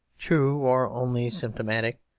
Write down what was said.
true or only symptomatic,